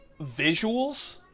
visuals